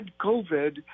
COVID